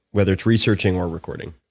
whether it's researching or recording?